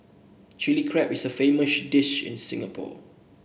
Chilli Crab is a famous dish in Singapore